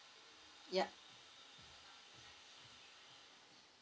ya